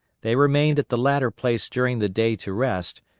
they remained at the latter place during the day to rest,